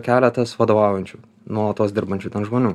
keletas vadovaujančių nuolatos dirbančių žmonių